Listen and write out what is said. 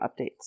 updates